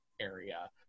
area